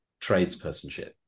tradespersonship